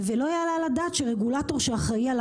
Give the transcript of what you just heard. ולא יעלה על הדעת שרגולטור שאחראי על